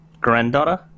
granddaughter